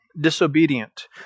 disobedient